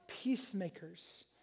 peacemakers